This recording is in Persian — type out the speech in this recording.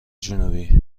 جنوبی